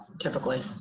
typically